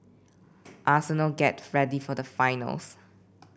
arsenal get ready for the finals